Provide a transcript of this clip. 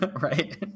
right